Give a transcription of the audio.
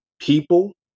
people